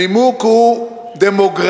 הנימוק הוא דמוגרפי.